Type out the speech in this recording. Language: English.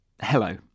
hello